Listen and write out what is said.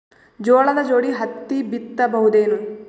ಜೋಳದ ಜೋಡಿ ಹತ್ತಿ ಬಿತ್ತ ಬಹುದೇನು?